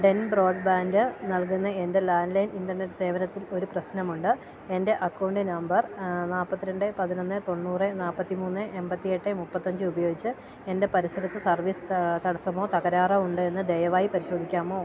Den broadband നൽകുന്ന എൻ്റെ landline internet സേവനത്തിൽ ഒരു പ്രശ്നമുണ്ട് എൻ്റെ അക്കൗണ്ട് നമ്പർ നാല്പ്പത്തിരണ്ട് പതിനൊന്ന് തോണ്ണൂറ് നാല്പ്പത്തിമൂന്ന് എണ്പത്തിയെട്ട് മുപ്പത്തിയഞ്ച് ഉപയോഗിച്ച് എൻ്റെ പരിസരത്ത് സർവീസ് തടസ്സമോ തകരാറോ ഉണ്ടോയെന്ന് ദയവായി പരിശോധിക്കാമോ